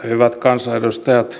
hyvät kansanedustajat